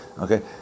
okay